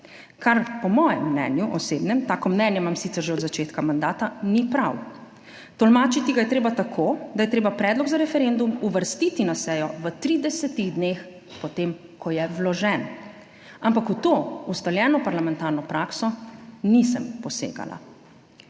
kar po mojem mnenju, osebnem, tako mnenje imam sicer že od začetka mandata, ni prav. Tolmačiti ga je treba tako, da je treba predlog za referendum uvrstiti na sejo v 30 dneh po tem, ko je vložen. Ampak v to ustaljeno parlamentarno prakso nisem posegala.